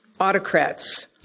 autocrats